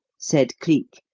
said cleek,